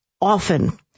often